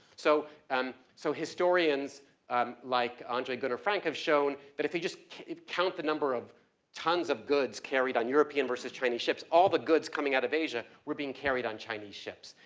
so um so historians like andre gunderfrank have shown, that if you just count the number of tons of goods carried on european versus chinese ships, all the goods coming out of asia were being carried on chinese ships,